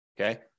Okay